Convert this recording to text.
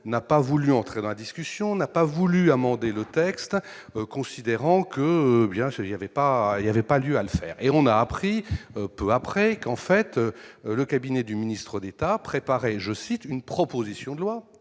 n'a pas voulu entrer dans la discussion n'a pas voulu amender le texte considérant que, bien sûr, il y avait pas, il y avait pas lieu à l'et on a appris peu après qu'en fait, le cabinet du ministre d'État préparait, je cite, une proposition de loi et